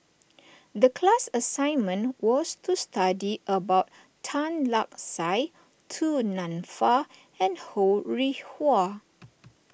the class assignment was to study about Tan Lark Sye Du Nanfa and Ho Rih Hwa